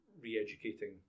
re-educating